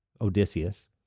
Odysseus